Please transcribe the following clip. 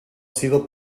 sido